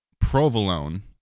provolone